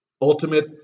Ultimate